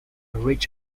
reach